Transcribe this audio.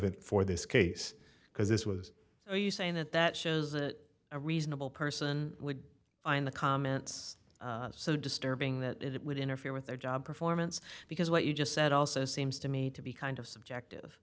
relevant for this case because this was you saying that that shows that a reasonable person would find the comments so disturbing that it would interfere with their job performance because what you just said also seems to me to be kind of subjective